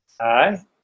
Hi